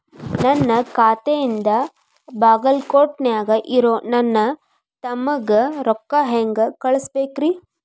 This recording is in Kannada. ನನ್ನ ಖಾತೆಯಿಂದ ಬಾಗಲ್ಕೋಟ್ ನ್ಯಾಗ್ ಇರೋ ನನ್ನ ತಮ್ಮಗ ರೊಕ್ಕ ಹೆಂಗ್ ಕಳಸಬೇಕ್ರಿ?